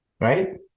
Right